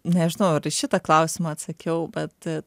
nežinau ar į šitą klausimą atsakiau bet